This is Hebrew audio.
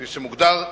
כפי שמוגדר,